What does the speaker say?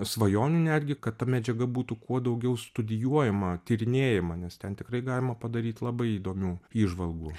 svajonių netgi kad ta medžiaga būtų kuo daugiau studijuojama tyrinėjama nes ten tikrai galima padaryt labai įdomių įžvalgų